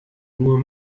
nur